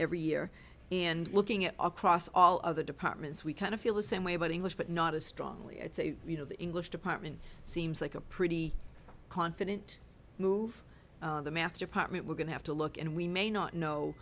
every year and looking at across all of the departments we kind of feel the same way about english but not as strongly it's a you know the english department seems like a pretty confident move the math department we're going to have to look and we may not know